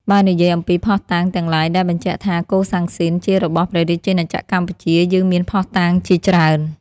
បើនិយាយអំពី ភស្តុតាងទាំងឡាយដែលបញ្ជាក់ថា កូសាំងស៊ីន ជារបស់ព្រះរាជាណាចក្រកម្ពុជាយើងមានភស្តុតាងជាច្រើន។